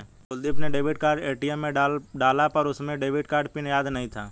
कुलदीप ने debit card ATM में डाला पर उसे डेबिट कार्ड पिन याद नहीं था